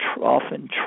often